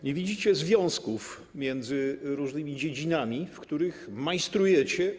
Nie widzicie związków między różnymi dziedzinami, w których majstrujecie.